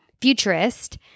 futurist